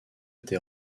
été